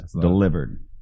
Delivered